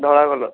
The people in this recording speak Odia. ଧଳା କଲର୍